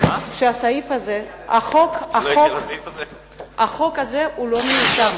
אני רוצה להגיד שהחוק הזה לא מיושם.